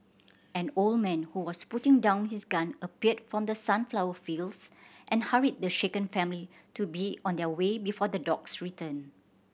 an old man who was putting down his gun appeared from the sunflower fields and hurried the shaken family to be on their way before the dogs return